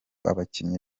abakinnyi